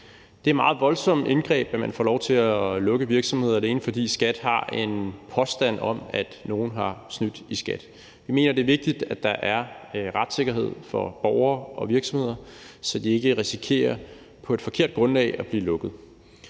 Det er meget voldsomme indgreb, at man får lov til at lukke virksomheder, alene fordi skattemyndighederne har en påstand om, at nogen har snydt i skat. Vi mener, det er vigtigt, at der er retssikkerhed for borgere og virksomheder, så de ikke risikerer på et forkert grundlag at blive lukket.